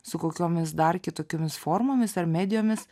su kokiomis dar kitokiomis formomis ar medijomis